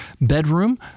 bedroom